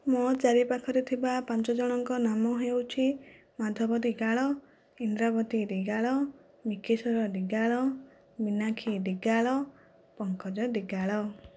ମୋ ଚାରିପାଖରେ ଥିବା ପାଞ୍ଚ ଜଣଙ୍କ ନାମ ହେଉଛି ମାଧବ ଦିଗାଳ ଇନ୍ଦ୍ରାବତୀ ଦିଗାଳ ମିକେସର ଦିଗାଳ ମିନାକ୍ଷୀ ଦିଗାଳ ପଙ୍କଜ ଦିଗାଳ